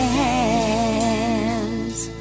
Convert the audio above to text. hands